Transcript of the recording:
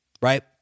right